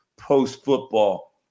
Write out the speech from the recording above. post-football